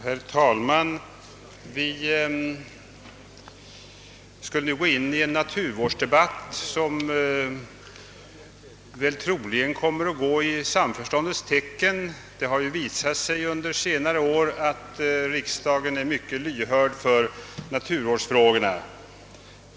Herr talman! Vi går nu in i en naturvårdsdebatt som troligen kommer att föras i samförståndets tecken. Det har ju under senare år visat sig att riksdagen är mycket lyhörd när det gäller naturvårdsfrågorna.